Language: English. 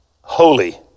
holy